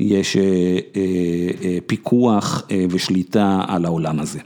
יש פיקוח ושליטה על העולם הזה.